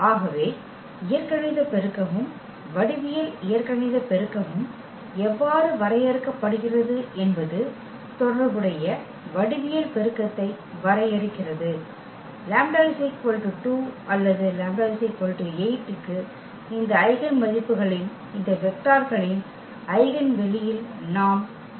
ஆகவே இயற்கணித பெருக்கமும் வடிவியல் இயற்கணித பெருக்கமும் எவ்வாறு வரையறுக்கப்படுகிறது என்பது தொடர்புடைய வடிவியல் பெருக்கத்தை வரையறுக்கிறது λ 2 அல்லது λ 8 க்கு இந்த ஐகென் மதிப்புக்களின் இந்த வெக்டார்களின் ஐகென் வெளியில் நாம் பெற வேண்டும்